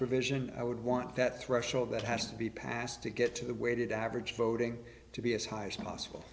provision i would want that threshold that has to be passed to get to the weighted average voting to be as high as possible